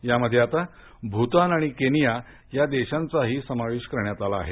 यामध्ये आता भूतान आणि केनयाचाही समावेश करण्यात आला आहे